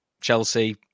Chelsea